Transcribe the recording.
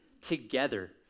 together